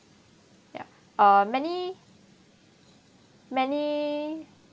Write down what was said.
ya uh many many